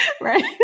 right